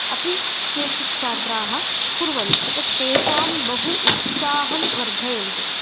अपि केचित् छात्राः कुर्वन्ति तत् तेषां बहु उत्साहं वर्धयन्ति